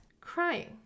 crying